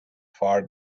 far